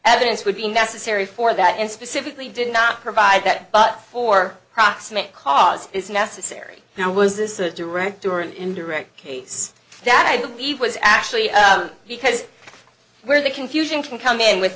evidence would be necessary for that and specifically did not provide that but for proximate cause is necessary now was this a direct durham indirect case that i believe was actually because where the confusion can come in with